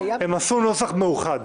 הם עשו נוסח מאוחד.